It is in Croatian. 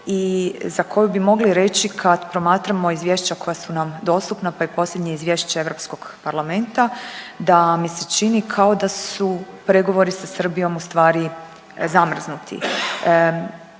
za koju bi mogli reći kad promatramo izvješća koja su nam dostupna pa i posljednje izvješće Europskog parlamenta da mi se čini kao da u pregovori sa Srbijom ustvari zamrznuti.